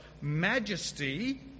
majesty